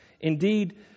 Indeed